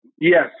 Yes